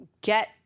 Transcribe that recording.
get